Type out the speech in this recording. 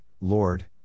Lord